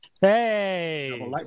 Hey